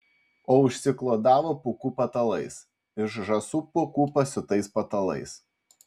o užsiklodavo pūkų patalais iš žąsų pūkų pasiūtais patalais